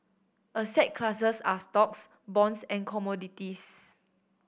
asset classes are stocks bonds and commodities